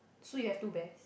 so you have two bears